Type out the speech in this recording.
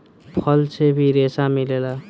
फल से भी रेसा मिलेला